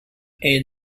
est